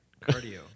Cardio